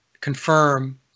confirm